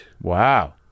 Wow